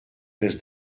des